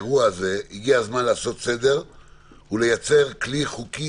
הגיע הזמן לעשות סדר ולייצר כלי חוקי,